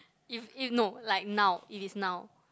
if it no like now it is now